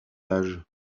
âges